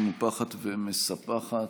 מנופחת ומספחת,